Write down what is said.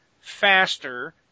faster